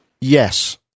Yes